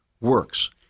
works